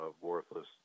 worthless